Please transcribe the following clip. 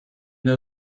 der